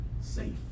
safe